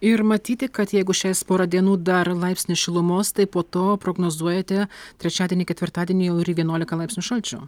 ir matyti kad jeigu šiais porą dienų dar laipsnis šilumos tai po to prognozuojate trečiadienį ketvirtadienį jau ir į vienuolika laipsnių šalčio